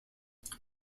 there